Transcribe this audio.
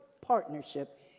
partnership